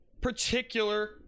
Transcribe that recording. particular